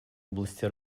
области